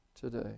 today